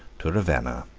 to ravenna.